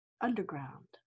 underground